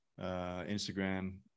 Instagram